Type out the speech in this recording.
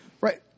Right